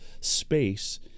space